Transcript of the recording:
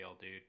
dude